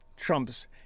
Trump's